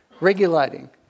regulating